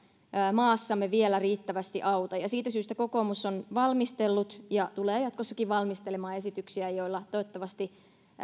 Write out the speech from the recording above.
maassamme vielä riittävästi auta siitä syystä kokoomus on valmistellut ja tulee jatkossakin valmistelemaan esityksiä joilla toivottavasti